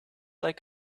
like